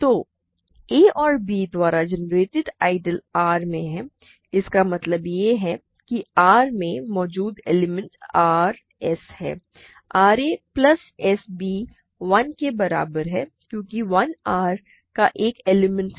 तो a और b द्वारा जनरेटेड आइडियल R है इसका मतलब यह है कि R में मौजूद एलिमेंट r s हैं ra प्लस sb 1 के बराबर है क्योंकि 1 R का एक एलिमेंट है